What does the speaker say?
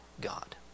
God